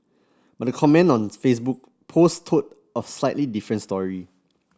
but the comment on Facebook post told a slightly different story